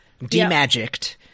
demagicked